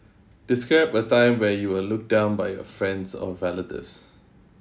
describe a time when you were looked down by your friends or relatives